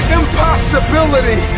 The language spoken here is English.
impossibility